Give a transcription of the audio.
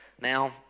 Now